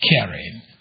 Caring